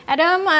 Adam